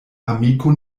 amiko